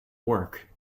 work